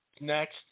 next